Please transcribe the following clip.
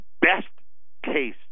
best-case